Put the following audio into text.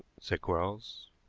said quarles.